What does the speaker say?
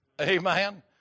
Amen